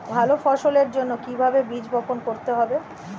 ভালো ফসলের জন্য কিভাবে বীজ বপন করতে হবে?